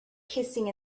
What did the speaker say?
kissing